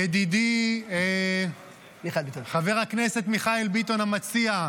ידידי חבר הכנסת מיכאל ביטון המציע,